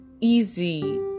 easy